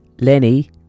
Lenny